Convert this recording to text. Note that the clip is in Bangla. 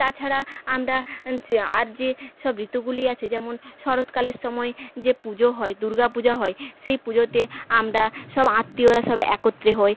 তাছাড়া আমরা যে আর যে সব ঋতুগুলি আছে যেমন শরৎকালের সময় যে পুজো হয় দুর্গা পূজা হয় সেই পুজোতে আমরা সব আত্মীয়রা সব একত্রে হই